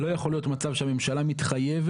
לא יכול להיות מצכ שהמדינה מתחייבת,